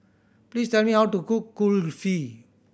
please tell me how to cook Kulfi